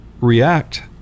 react